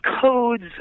codes